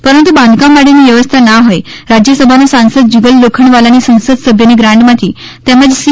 પરંતુ બાંધકામ માટેની વ્યવસ્થા ના હોઈ રાજ્યસભાના સાંસદ જુગલ લોખંડવાલાની સંસદસભ્યની ગ્રાન્ટમાંથી તેમજ સી